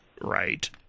right